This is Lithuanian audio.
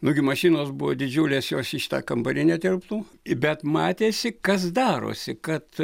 nugi mašinos buvo didžiulės jos į šitą kambarį netilptų bet matėsi kas darosi kad